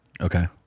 Okay